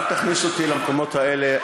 אל תכניס אותי למקומות האלה.